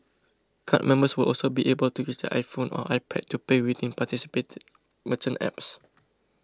card members will also be able to use their iPhone or iPad to pay within participating merchant apps